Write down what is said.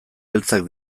beltzak